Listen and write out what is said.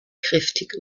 kräftig